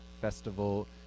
Festival